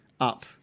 up